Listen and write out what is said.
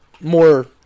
more